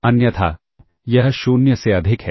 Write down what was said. अन्यथा यह 0 से अधिक है